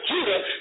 Judah